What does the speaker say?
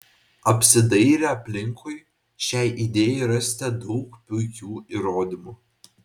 apsidairę aplinkui šiai idėjai rasite daug puikių įrodymų